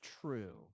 true